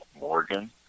Morgan